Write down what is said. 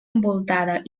envoltada